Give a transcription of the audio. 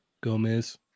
Gomez